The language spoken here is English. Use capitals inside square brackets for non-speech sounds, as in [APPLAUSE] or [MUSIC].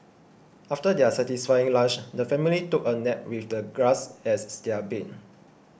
after their satisfying lunch the family took a nap with the grass as [NOISE] their bed